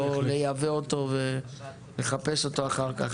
לא לייבא אותו ולחפש אותו אחר כך.